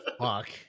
Fuck